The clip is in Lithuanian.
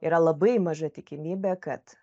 yra labai maža tikimybė kad